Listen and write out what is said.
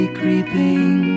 creeping